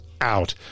out